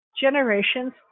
generations